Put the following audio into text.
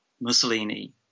Mussolini